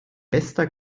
bester